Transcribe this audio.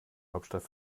hauptstadt